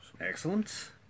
Excellent